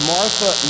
Martha